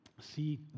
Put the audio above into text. see